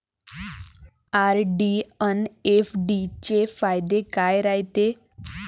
RD अन FD चे फायदे काय रायते?